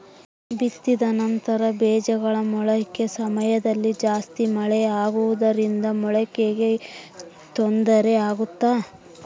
ಬಿತ್ತಿದ ನಂತರ ಬೇಜಗಳ ಮೊಳಕೆ ಸಮಯದಲ್ಲಿ ಜಾಸ್ತಿ ಮಳೆ ಆಗುವುದರಿಂದ ಮೊಳಕೆಗೆ ತೊಂದರೆ ಆಗುತ್ತಾ?